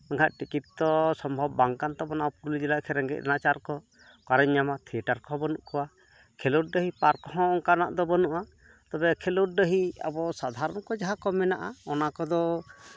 ᱵᱟᱠᱷᱟᱱ ᱴᱤᱠᱤᱴ ᱛᱚ ᱥᱚᱢᱵᱷᱚᱵ ᱵᱟᱝ ᱠᱟᱱ ᱛᱟᱵᱳᱱᱟ ᱯᱩᱨᱩᱞᱤᱭᱟᱹ ᱡᱮᱞᱟ ᱨᱮᱸᱜᱮᱡᱽ ᱱᱟᱪᱟᱨ ᱦᱚᱲ ᱚᱠᱟᱨᱤᱧ ᱧᱟᱢᱟ ᱛᱷᱤᱭᱮᱴᱟᱨ ᱠᱚᱦᱚᱸ ᱵᱟᱹᱱᱩᱜ ᱠᱚᱣᱟ ᱠᱷᱮᱞᱳᱰ ᱰᱟᱹᱦᱤ ᱯᱟᱨᱠ ᱦᱚᱸ ᱚᱱᱠᱟᱱᱟᱜ ᱫᱚ ᱵᱟᱹᱱᱩᱜᱼᱟ ᱛᱚᱵᱮ ᱠᱷᱮᱞᱳᱰ ᱰᱟᱹᱦᱤ ᱟᱵᱚ ᱥᱟᱫᱷᱟᱨᱚᱱ ᱠᱚ ᱡᱟᱦᱟᱸ ᱠᱚ ᱢᱮᱱᱟᱜᱼᱟ ᱚᱱᱟ ᱠᱚᱫᱚ